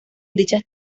dichas